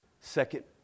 second